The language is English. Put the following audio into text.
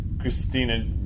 Christina